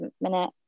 minute